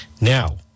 Now